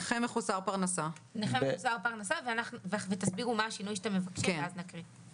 "נכה מחוסר פרנסה" תסבירו מה השינוי שאתם מבקשים ואז נקרא את הסעיף.